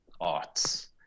arts